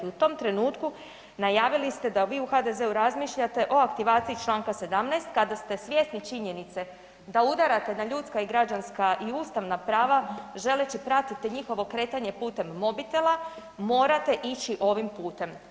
U tom trenutku najavili ste da vi u HDZ-u razmišljate o aktivaciji čl. 17. kada ste svjesni činjenice da udarate na ljudska i građanska i ustavna prava želeći pratiti njihovo kretanje putem mobitela morate ići ovim putem.